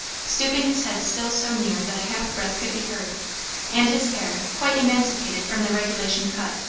stooping his head still so near that a half breath could be heard and his hair, quite emancipated from the regulation cut,